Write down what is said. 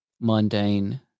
mundane